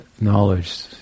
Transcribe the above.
knowledge